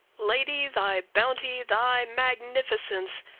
lady! thy bounty, thy magnificence,